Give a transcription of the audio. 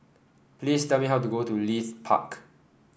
please tell me how to get to Leith Park